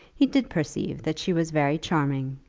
he did perceive that she was very charming,